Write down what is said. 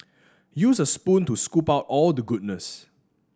use a spoon to scoop out all the goodness